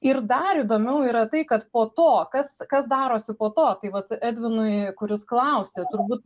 ir dar įdomiau yra tai kad po to kas kas darosi po to tai vat edvinui kuris klausė turbūt